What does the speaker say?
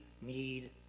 need